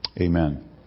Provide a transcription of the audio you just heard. Amen